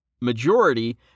majority